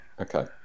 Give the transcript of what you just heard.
okay